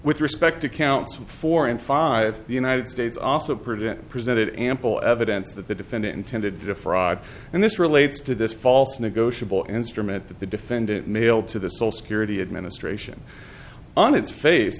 with respect to counsel four and five the united states also prevent present ample evidence that the defendant intended to defraud and this relates to this false negotiable instrument that the defendant mailed to the sole security administration on its face